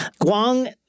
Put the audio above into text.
Guang